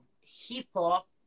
hip-hop